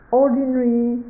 ordinary